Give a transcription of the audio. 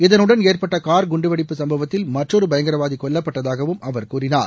இதனுடன் ஏற்பட்ட கார் குண்டு வெடிப்பு சம்பவத்தில் மற்றொரு பயங்கரவாதி கொல்லப்பட்டதாகவும் அவர் கூறினார்